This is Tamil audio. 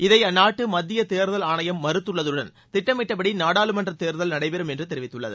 இதை அந்நாட்டு மத்திய தேர்தல் ஆணையம் மறுத்துள்ளதுடன் திட்டமிட்டபடி நாடாளுமன்ற தேர்தல் நடைபெறும் என்றும் தெரிவித்துள்ளது